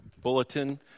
bulletin